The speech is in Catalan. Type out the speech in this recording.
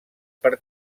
per